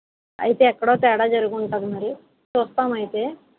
అయితే ఎక్కడో తేడా జరుగుంటుంది మరి చూస్తాం అయితే